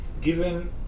Given